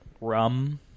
rum